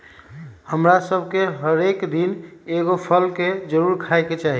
हमरा सभके हरेक दिन एगो फल के जरुरे खाय के चाही